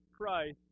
Christ